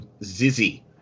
Zizzy